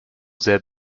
sehr